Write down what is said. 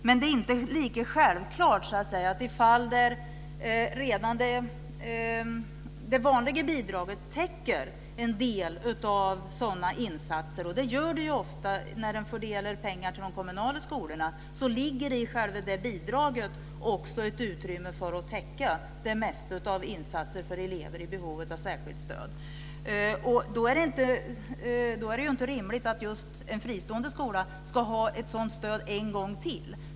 Men det är inte lika självklart i fall där redan det vanliga bidraget täcker en del av sådana insatser. De gör det ofta när man fördelar pengar till de kommunala skolorna. Det ligger i själva bidraget också ett utrymme för att täcka det mesta av insatser för elever i behov av särskilt stöd. Det är då inte rimligt att just en fristående skola ska ha ett sådant stöd en gång till.